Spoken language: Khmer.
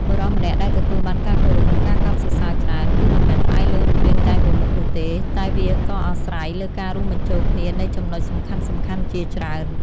បុរសម្នាក់ដែលទទួលបានការគោរព និងការកោតសរសើរច្រើន គឺមិនមែនផ្អែកលើរូបរាងតែមួយមុខនោះទេ តែវាក៏អាស្រ័យលើការរួមបញ្ចូលគ្នានៃចំណុចសំខាន់ៗជាច្រើន។